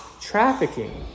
trafficking